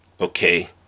okay